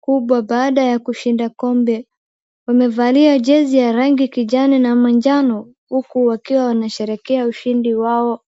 Kubwa baada ya kushinda kombe. Wamevalia jezi ya rangi kijani na majano huku wakiwa wanasherehekea ushindi wao.